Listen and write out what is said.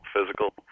physical